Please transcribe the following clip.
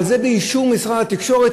אבל זה באישור משרד התקשורת,